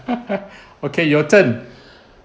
okay your turn